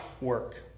work